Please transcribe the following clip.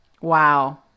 Wow